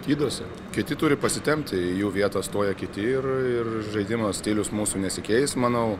gydosi kiti turi pasitempt į jų vietą stoja kiti ir ir žaidima stilius mūsų nesikeis manau